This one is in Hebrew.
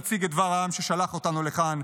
נציג את דבר העם ששלח אותנו לכאן.